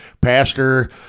Pastor